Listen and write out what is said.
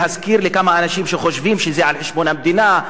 להזכיר לכמה אנשים שחושבים שזה על חשבון המדינה,